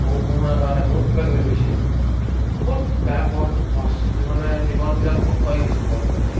বহু কৰোণাৰ কাৰণে বহুত কিবাকিবি হৈছে বহুত গায়কৰ লছ্ মানে জীৱনবিলাক ধংস হৈ গৈছে ক'বলৈ গ'লে